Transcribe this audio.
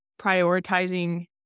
prioritizing